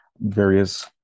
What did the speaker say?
Various